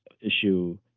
issue